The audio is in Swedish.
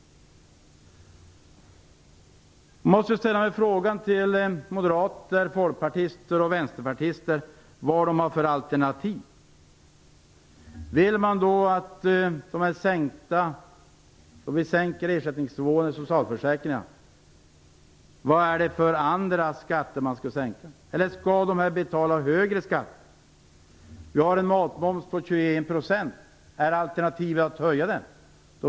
Jag måste ställa frågan till moderater, folkpartister och vänsterpartister vilka alternativ de har. Vill man att vi skall sänka ersättningsnivåerna i socialförsäkringarna? Vilka skatter skall vi sänka? Eller skall det betalas högre skatter? Vi har en matmoms om 21 %. Är alternativet att höja den?